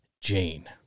Jane